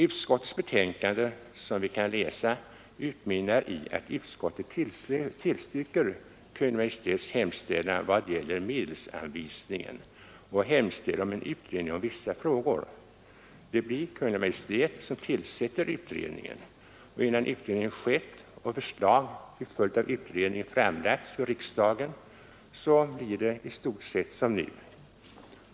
Utskottets betänkande utmynnar, som vi kan läsa, i att utskottet tillstyrker Kungl. Maj:ts förslag i vad gäller medelsanvisningen och hemställer om en utredning av vissa frågor. Det blir Kungl. Maj:t som tillsätter utredningen, och innan detta har skett och förslag därefter framlagts för riksdagen blir det i stort sett som nu.